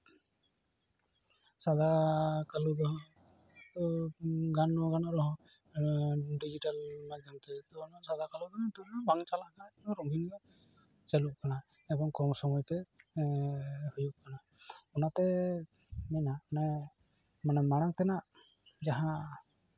ᱥᱟᱫᱟ ᱠᱟᱞᱳ ᱫᱚ ᱟᱫᱚ ᱜᱟᱱ ᱫᱚ ᱜᱟᱱᱚᱜ ᱨᱮᱦᱚᱸ ᱟᱨᱚ ᱰᱤᱡᱤᱴᱮᱞ ᱢᱟᱫᱽᱫᱷᱚᱢᱛᱮ ᱡᱮᱦᱮᱛᱩ ᱥᱟᱫᱟ ᱠᱟᱞᱳ ᱫᱚ ᱩᱱᱟᱹᱜ ᱫᱚ ᱵᱟᱝ ᱪᱟᱞᱟᱜ ᱠᱟᱱᱟ ᱟᱫᱚ ᱨᱚᱸᱜᱤᱱ ᱛᱚ ᱨᱚᱸᱜᱤᱱ ᱫᱚ ᱪᱟᱹᱞᱩᱜ ᱠᱟᱱᱟ ᱮᱵᱚᱝ ᱠᱚᱢ ᱥᱚᱢᱚᱭ ᱛᱮ ᱦᱩᱭᱩᱜ ᱠᱟᱱᱟ ᱚᱱᱟᱛᱮ ᱢᱮᱱᱟ ᱚᱱᱟ ᱢᱟᱱᱮ ᱢᱟᱬᱟᱝ ᱛᱮᱱᱟᱜ ᱡᱟᱦᱟᱸ